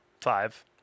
five